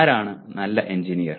ആരാണ് നല്ല എഞ്ചിനീയർ